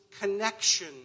connection